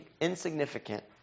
insignificant